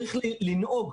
צריך לנהוג,